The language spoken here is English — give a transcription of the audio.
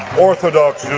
orthodox yeah